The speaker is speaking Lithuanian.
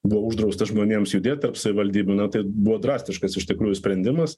buvo uždrausta žmonėms judėt tarp savivaldybių na tai buvo drastiškas iš tikrųjų sprendimas